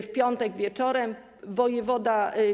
W piątek wieczorem wojewoda.